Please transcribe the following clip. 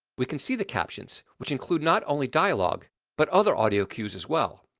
we can see the captions which include not only dialogue but other audio cues as well.